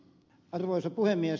arvoisa puhemies